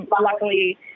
luckily